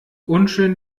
unschön